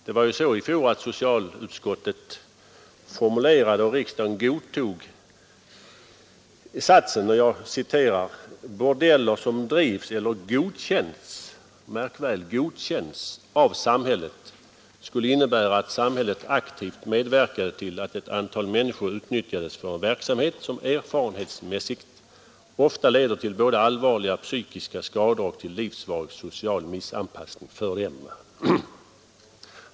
I fjol formulerade socialutskottet och godtog riksdagen uttalandet att ”upprättandet av bordeller, som drivs eller godkänns” — märk väl, godkänns — ”av samhället, skulle innebära att samhället aktivt medverkade till att ett antal människor utnyttjades för en verksamhet som erfarenhetsmässigt ofta leder till både allvarliga psykiska skador och till livsvarig social missanpassning för dem”.